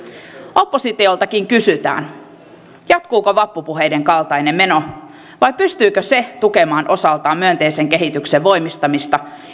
oppositioltakin kysytään jatkuuko vappupuheiden kaltainen meno vai pystyykö se tukemaan osaltaan myönteisen kehityksen voimistamista